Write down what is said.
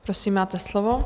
Prosím, máte slovo.